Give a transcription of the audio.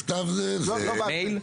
לא בעל פה.